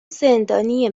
زندانی